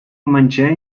momencie